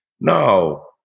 no